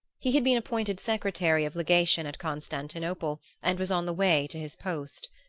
he had been appointed secretary of legation at constantinople and was on the way to his post.